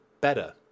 better